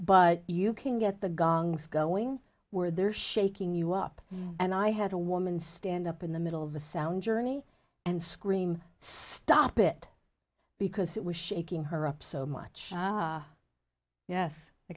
but you can get the gongs going where they're shaking you up and i had a woman stand up in the middle of a sound journey and scream stop it because it was shaking her up so much yes